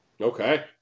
Okay